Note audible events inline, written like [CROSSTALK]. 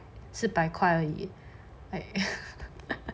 四百块而已 [LAUGHS]